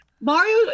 Mario